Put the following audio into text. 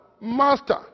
Master